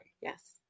Yes